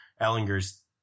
Ellinger's